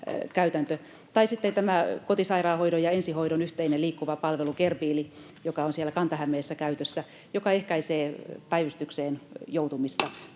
Tai sitten tämä kotisairaanhoidon ja ensihoidon yhteinen liikkuva palvelu GerBiili, joka on Kanta-Hämeessä käytössä, joka ehkäisee päivystykseen joutumista